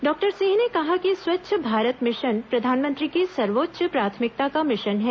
doctor Singh ने कहा कि स्वच्छ भारत मिशन प्रधानमंत्री की सर्वोच्च प्राथमिकता का मिशन है